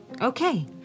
Okay